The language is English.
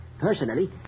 personally